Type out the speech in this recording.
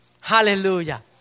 Hallelujah